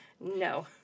No